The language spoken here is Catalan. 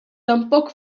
tampoc